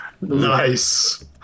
nice